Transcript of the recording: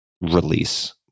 release